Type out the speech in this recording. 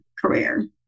career